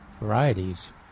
varieties